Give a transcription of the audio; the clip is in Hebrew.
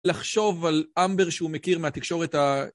לחשוב על אמבר שהוא מכיר מהתקשורת ה...